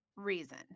reason